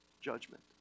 judgment